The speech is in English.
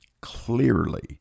clearly